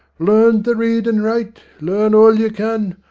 learn to read and write, learn all you can,